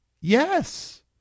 Yes